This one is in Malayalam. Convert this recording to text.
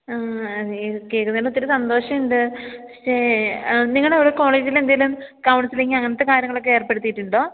ആ കേള്ക്കുന്നതില് ഒത്തിരി സന്തോഷമുണ്ട് പക്ഷേ നിങ്ങളുടെ അവിടെ കോളേജിലെന്തെങ്കിലും കൗണ്സിലിങ് അങ്ങനത്തെ കാര്യങ്ങളൊക്കെ ഏർപ്പെടുത്തിയിട്ടുണ്ടോ